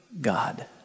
God